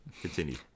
Continue